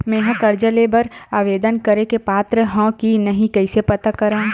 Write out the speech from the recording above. मेंहा कर्जा ले बर आवेदन करे के पात्र हव की नहीं कइसे पता करव?